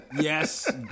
Yes